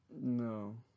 No